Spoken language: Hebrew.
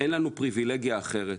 אין לנו פריווילגיה אחרת,